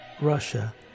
Russia